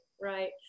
right